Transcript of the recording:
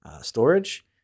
storage